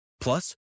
Plus